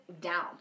down